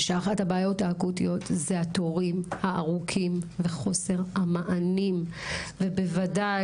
שאחת הבעיות האקוטיות זה התורים הארוכים וחוסר המענים ובוודאי,